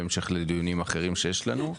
בהמשך לדיונים אחרים שיש לנו.